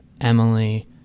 Emily